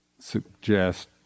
suggest